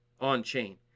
on-chain